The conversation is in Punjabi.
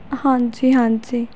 ਹਾਂਜੀ ਹਾਂਜੀ